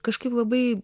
kažkaip labai